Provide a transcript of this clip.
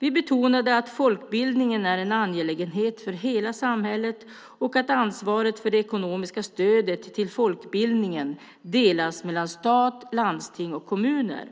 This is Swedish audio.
Vi betonade att folkbildningen är en angelägenhet för hela samhället och att ansvaret för det ekonomiska stödet till folkbildningen delas mellan stat, landsting och kommuner.